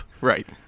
Right